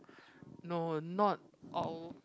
no not all